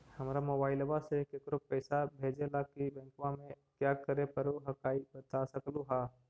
हमरा मोबाइलवा से केकरो पैसा भेजे ला की बैंकवा में क्या करे परो हकाई बता सकलुहा?